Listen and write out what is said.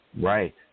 Right